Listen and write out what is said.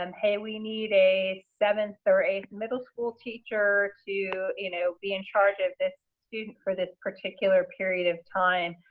um hey we need a seventh or eighth middle school teacher to you know be in charge of this student for this particular period of time,